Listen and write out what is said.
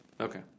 Okay